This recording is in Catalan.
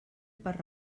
per